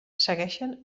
segueixen